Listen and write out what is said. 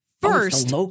first